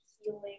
healing